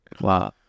Wow